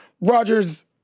Rogers